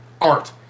art